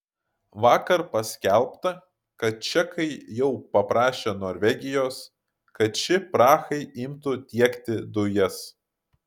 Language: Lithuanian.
vakar paskelbta kad čekai jau paprašė norvegijos kad ši prahai imtų tiekti dujas